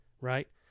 right